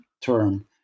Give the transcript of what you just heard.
term